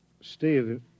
Steve